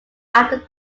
after